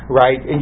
right